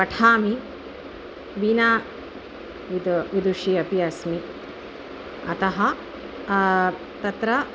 पठामि विना विद् विदुषी अपि अस्मि अतः तत्र